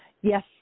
Yes